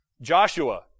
Joshua